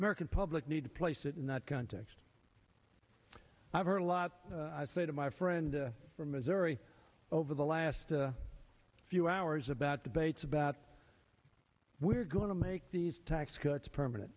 american public need to place it in that context i've heard a lot i say to my friend from missouri over the last few hours about debates about we're going to make these tax cuts permanent